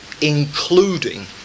including